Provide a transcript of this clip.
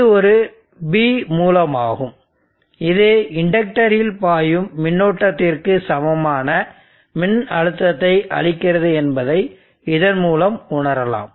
இது ஒரு B மூலமாகும் இது இண்டக்டரில் பாயும் மின்னோட்டத்திற்கு சமமான மின்னழுத்தத்தை அளிக்கிறது என்பதை இதன் மூலம் உணரலாம்